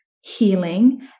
healing